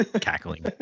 cackling